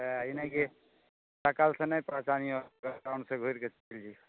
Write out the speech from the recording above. सहए ई नहि कि शकल से नहि पहचानियो आओर ग्राउंड से घुरिके चलि जइयौ